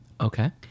Okay